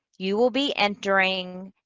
you will be entering